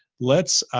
let's,